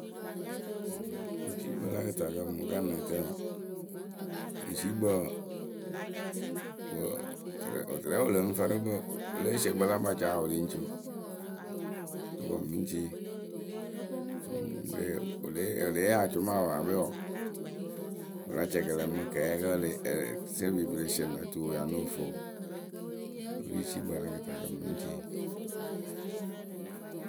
Wɨjciikpǝ la kɨtakǝ mɨŋkǝ́ na tɛŋ wǝǝ, wɨciikpǝ wǝǝ, tɛrɛ wɨ lɨŋ fǝrɨ kpɨ e lée sie kpɨla kpacayǝ wɨ lɨŋ ci wǝ. Rɨ wǝǝ mɨ ŋ cii wɨ le, wɨ lée yee acʊmayǝ paape wǝǝ wɨ la cɛkɛlɛ mɨ kɛɛyǝ kǝ́ pɨ le sie no tuwǝ ŋ ya ŋ nóo fuu wǝ wɨ ri wɨciikpǝ la kɨtakǝ mɨ ŋ cii.